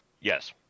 yes